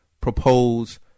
propose